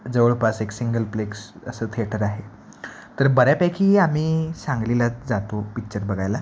जवळपास एक single plex असं थिएटर आहे तर बऱ्यापैकी आम्ही सांगलीलाच जातो पिच्चर बघायला